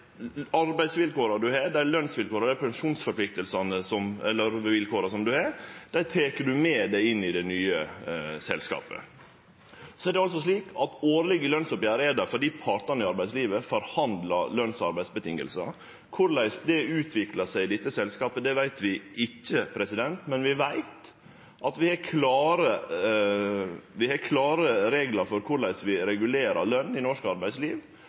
arbeidsvilkåra ein har, dei lønsvilkåra ein har, og dei pensjonsvilkåra ein har, tek ein med seg inn i det nye selskapet. Det er slik at ein har årlege lønsoppgjer fordi partane i arbeidslivet forhandlar løns- og arbeidsvilkår. Korleis det utviklar seg i dette selskapet, veit vi ikkje, men vi veit at vi har klare reglar for korleis vi regulerer løn i norsk arbeidsliv,